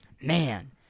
man